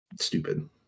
stupid